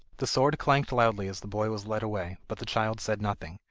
the sword clanked loudly as the boy was led away, but the child said nothing,